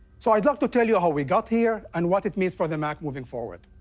so i'd like to tell you how we got here and what it means for the mac moving forward.